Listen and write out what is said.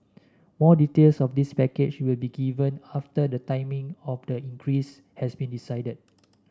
more details of this package will be given after the timing of the increase has been decided